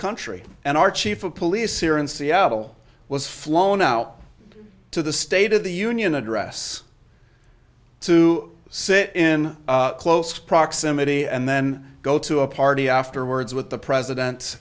country and our chief of police here in seattle was flown out to the state of the union address to sit in close proximity and then go to a party afterwards with the president